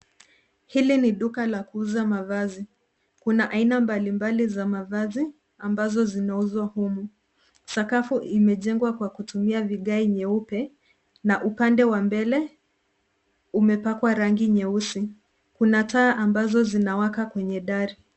Hili ni duka la kuuza mavazi. Kuna aina mbalimbali za mavazi ambazo zinazouzwa humu. Sakafu imejengwa kwa kutumia vigae nyeupe na upande wa mbele umepakwa tlrangi nyeusi. Kuna has ambazo zimewekwa kwenye dari.